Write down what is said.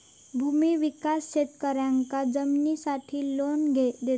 भूमि विकास शेतकऱ्यांका जमिनीसाठी लोन देता